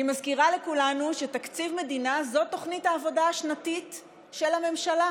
אני מזכירה לכולנו שתקציב מדינה הוא תוכנית העבודה השנתית של הממשלה.